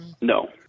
No